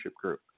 group